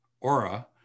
aura